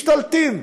משתלטים,